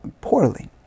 poorly